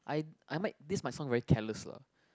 I I might this might sound very careless lah